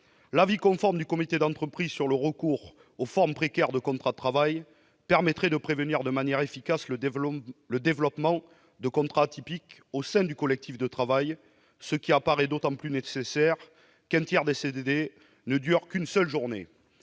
L'avis conforme du comité d'entreprise sur le recours aux formes précaires de contrats de travail permettrait de prévenir de manière efficace le développement de contrats atypiques au sein du collectif de travail, ce qui paraît d'autant plus nécessaire qu'un tiers des CDD ne dure qu'une seule journée.